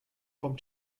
from